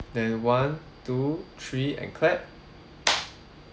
then one two three and clap